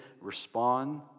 respond